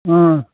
अ